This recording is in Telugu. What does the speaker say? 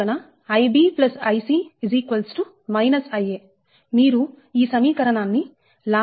అందువలన Ib I c Ia మీరు ఈ సమీకరణాన్ని ʎa 0